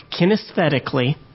kinesthetically